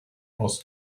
aus